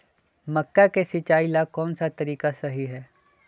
मक्का के सिचाई ला कौन सा तरीका सही है?